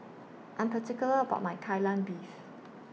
I Am particular about My Kai Lan Beef